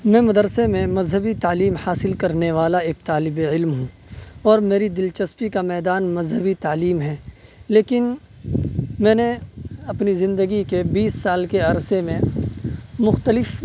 میں مدرسے میں مذہبی تعلیم حاصل کرنے والا ایک طالب علم ہوں اور میری دلچسپی کا میدان مذہبی تعلیم ہے لیکن میں نے اپنی زندگی کے بیس سال کے عرصے میں مختلف